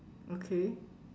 okay